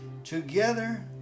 Together